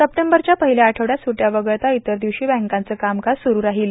सप्टेंबरच्या पहिल्या आठवड्यात सुड्या वगळता इतर दिवशी बँकांचे कामकाज सुरु राहील